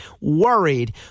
worried